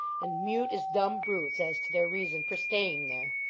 and mute as dumb brutes as to their reason for staying there.